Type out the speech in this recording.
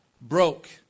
broke